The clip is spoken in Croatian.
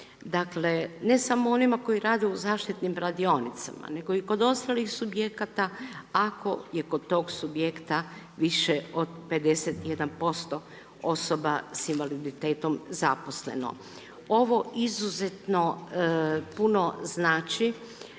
Dakle ne samo onima koji rade u zaštitnim radionicama nego i kod ostalih subjekata ako je kod tog subjekta više od 51% osoba s invaliditetom zaposleno. Ovo izuzetno puno znači